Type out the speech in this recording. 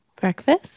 breakfast